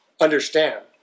understand